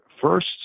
first